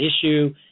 issue